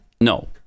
no